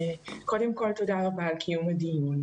קודם כול, תודה רבה על קיום הדיון.